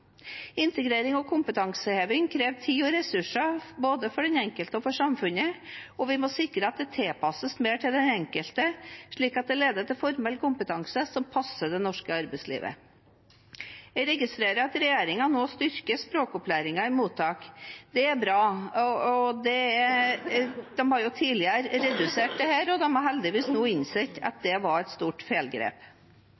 Integrering og kompetanseheving krever tid og ressurser både for den enkelte og for samfunnet, og vi må sikre at det tilpasses mer til den enkelte, slik at det leder til formell kompetanse som passer det norske arbeidslivet. Jeg registrerer at regjeringen nå styrker språkopplæringen i mottak. Det er bra. De har tidligere redusert dette, og heldigvis har de nå innsett at det var et stort feilgrep. En annen problemstilling som har